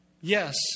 Yes